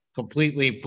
completely